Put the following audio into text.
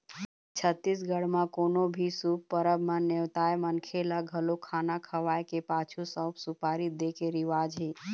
छत्तीसगढ़ म कोनो भी शुभ परब म नेवताए मनखे ल घलोक खाना खवाए के पाछू सउफ, सुपारी दे के रिवाज हे